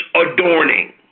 adorning